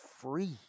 free